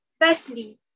Firstly